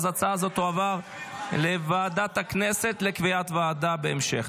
ההצעה הזאת תועבר לוועדת הכנסת לקביעת ועדה בהמשך.